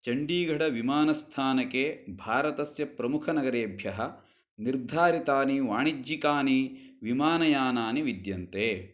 चण्डीगढ विमानस्थानके भारतस्य प्रमुखनगरेभ्यः निर्धारितानि वाणिज्यिकानि विमानयानानि विद्यन्ते